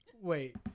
wait